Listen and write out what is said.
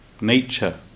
nature